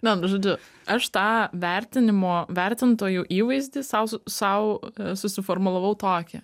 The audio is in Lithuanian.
ne nu žodžiu aš tą vertinimo vertintojų įvaizdį sau su sau susiformulavau tokį